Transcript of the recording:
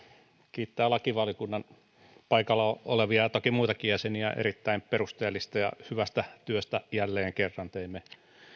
kiittää lakivaliokunnan paikalla olevia ja toki muitakin jäseniä erittäin perusteellisesta ja hyvästä työstä jälleen kerran teimme